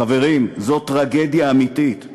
חברים, זו טרגדיה אמיתית.